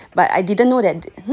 but I didn't know that hmm